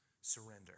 surrender